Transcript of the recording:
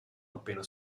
appena